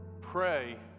pray